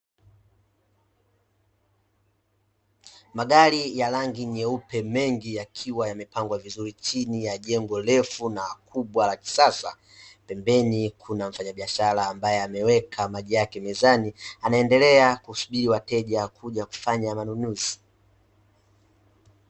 Magari ya rangi nyeupe mengi, yakiwa yamepangwa vizuri chini ya jengo refu na kubwa la kisasa, pembeni kuna mfanyabiashara ameweka maji yake mezani, anaendelea kusubiri wateje kuja kufanya manunuzi.